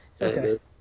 Okay